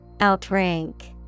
Outrank